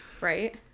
Right